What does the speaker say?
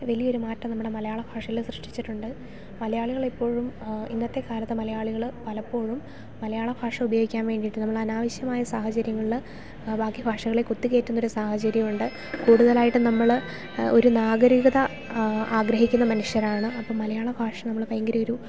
വലിയൊരു മാറ്റം നമ്മുടെ മലയാള ഭാഷയിൽ സൃഷ്ടിച്ചിട്ടുണ്ട് മലയാളികൾ ഇപ്പോഴും ഇന്നത്തെക്കാലത്ത് മലയാളികൾ പലപ്പോഴും മലയാള ഭാഷ ഉപയോഗിക്കാൻ വേണ്ടിയിട്ട് നമ്മൾ അനാവശ്യമായ സാഹചര്യങ്ങളിൽ ബാക്കി ഭാഷകളെ കുത്തിക്കയറ്റുന്നൊരു സാഹചര്യമുണ്ട് കൂടുതലായിട്ടും നമ്മൾ ഒരു നാഗരികത ആഗ്രഹിക്കുന്ന മനുഷ്യരാണ് അപ്പം മലയാള ഭാഷ നമ്മൾ ഭയങ്കര ഒരു